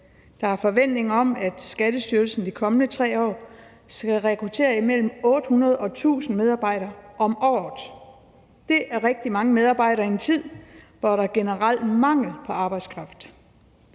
Der er forventning om, at Skatteministeriet i de kommende 3 år skal rekruttere mellem 800 og 1.000 medarbejdere om året. Det er rigtig mange medarbejdere i en tid, hvor der er generel mangel på arbejdskraft.